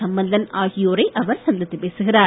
சம்பந்தன் ஆகியோரை அவர் சந்தித்துப் பேசுகிறார்